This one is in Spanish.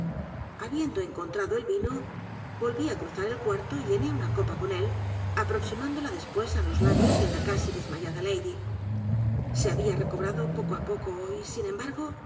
habiendo encontrado el vino volví á cruzar el cuarto y llené una copa con él aproximándola después á los labios de la casi desmayada lady se había recobrado poco á poco y sin embargo